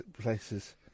places